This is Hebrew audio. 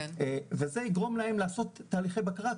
זה יגרום להם לעשות תהליכי בקרה,